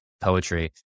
poetry